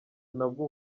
nabwo